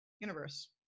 universe